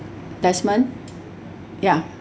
desmond ya